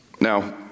Now